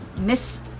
Miss